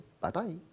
Bye-bye